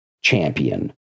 champion